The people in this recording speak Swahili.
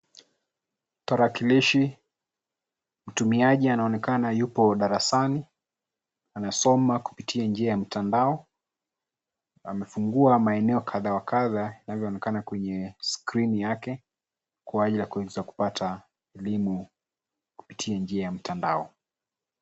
Tarakilishi, mtumiaji anaonekana yupo darasani. Anasoma kupitia njia ya mtandao. Amefungua maeneo kadha wa kadha inavyoonekana kwenye skrini yake , kwa ajili ya kuweza kupata elimu kupitia njia ya mtandao.